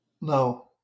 no